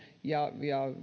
ja